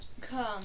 Come